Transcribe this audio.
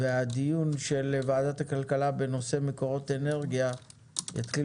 והדיון של ועדת הכלכלה בנושא מקורות אנרגיה יתחיל